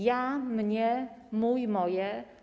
Ja mnie mój moje/